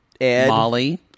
Molly